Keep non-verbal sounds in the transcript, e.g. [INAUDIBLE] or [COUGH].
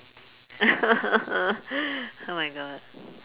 [LAUGHS] oh my god